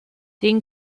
den